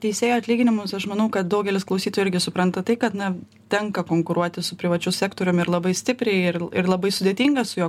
teisėjų atlyginimus aš manau kad daugelis klausytojų irgi supranta tai kad na tenka konkuruoti su privačiu sektorium ir labai stipriai ir ir labai sudėtinga su juo